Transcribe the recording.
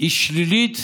היא שלילית